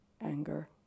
anger